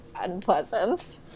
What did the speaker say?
unpleasant